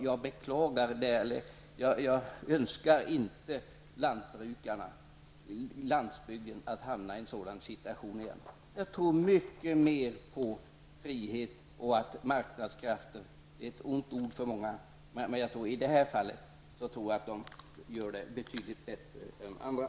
Jag beklagar detta, och jag önskar inte landsbygden att hamna i en sådan situation igen. Jag tror mycket mer på frihet och marknadskrafter, vilket är ett ont ord för många, men jag tror att marknadskrafterna i detta sammanhang sköter detta betydligt bättre än andra.